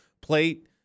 plate